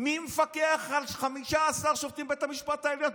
מי מפקח על 15 שופטים בבית המשפט העליון?